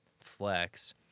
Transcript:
Flex